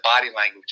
language